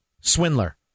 Swindler